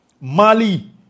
Mali